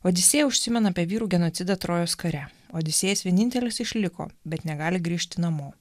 odisėja užsimena apie vyrų genocidą trojos kare odisėjas vienintelis išliko bet negali grįžti namo